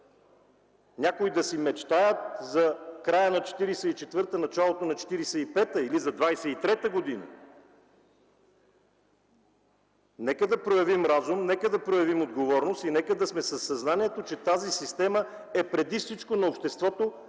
Някои да си мечтаят за края на 1944 – началото на 1945 г. или за 1923 г. Нека да проявим разум, нека да проявим отговорност и нека да сме със съзнанието, че тази система е преди всичко на обществото,